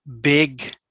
big